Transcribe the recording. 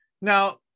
now